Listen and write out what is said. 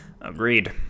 Agreed